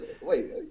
Wait